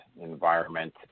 environment